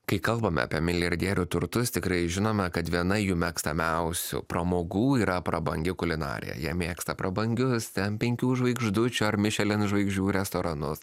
kai kalbame apie milijardierių turtus tikrai žinome kad viena jų mėgstamiausių pramogų yra prabangi kulinarija jie mėgsta prabangius ten penkių žvaigždučių ar michelin žvaigždžių restoranus